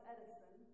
Edison